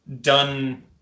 done